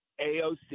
AOC